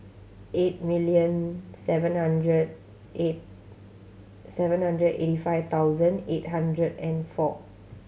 eight million seven hundred eight seven hundred eighty five thousand eight hundred and four